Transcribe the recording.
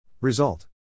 Result